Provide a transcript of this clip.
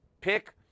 pick